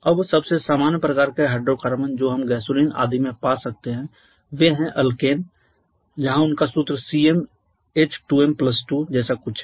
अब सबसे सामान्य प्रकार के हाइड्रोकार्बन जो हम गैसोलीन आदि में पा सकते हैं वे हैं अलकेन जहाँ उनका सूत्र CmH2m2 जैसा कुछ है